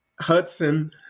Hudson